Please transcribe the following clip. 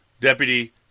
Deputy